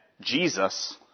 Jesus